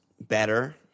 better